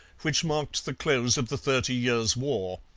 which marked the close of the thirty years' war.